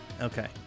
Okay